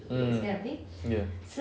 mm ya